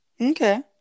Okay